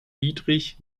dietrich